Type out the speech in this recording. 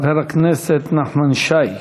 חבר הכנסת נחמן שי.